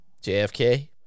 JFK